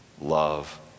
love